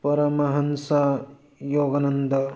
ꯄꯔꯃꯍꯟꯁꯥ ꯌꯣꯒꯅꯟꯗ